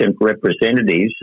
representatives